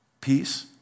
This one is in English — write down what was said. peace